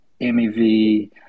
MEV